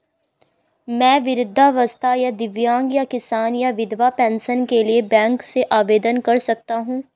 मैं वृद्धावस्था या दिव्यांग या किसान या विधवा पेंशन के लिए बैंक से आवेदन कर सकता हूँ?